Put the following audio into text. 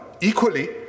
equally